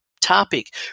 topic